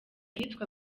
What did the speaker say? ahitwa